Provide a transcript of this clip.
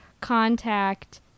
contact